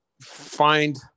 find